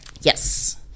Yes